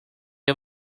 you